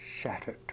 shattered